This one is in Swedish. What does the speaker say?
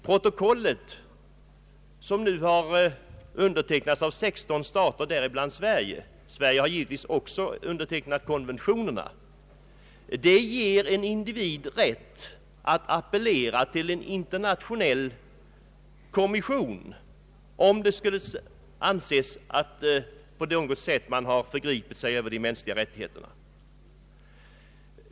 Protokollet — som nu har undertecknats av 16 stater, däribland Sverige; Sverige har givetvis också undertecknat konventionerna — ger en individ rätt att appellera till en internationell kommission, om <:Ädet skulle anses att man på något sätt förgripit sig mot de mänskliga rättigheterna.